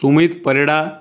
Sumit Parida